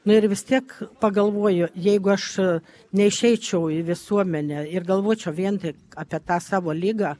na ir vis tiek pagalvoju jeigu aš neišeičiau į visuomenę ir galvočiau vien tik apie tą savo ligą